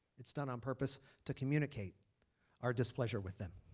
it's done on purpose to communicate our displeasure with them.